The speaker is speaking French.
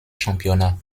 championnat